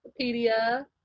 Wikipedia